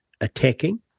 attacking